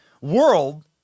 world